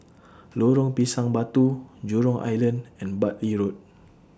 Lorong Pisang Batu Jurong Island and Bartley Road